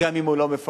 גם אם הוא לא מפרנס,